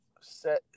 set